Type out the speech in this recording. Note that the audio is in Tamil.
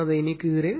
அதை நீக்குகிறேன்